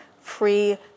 free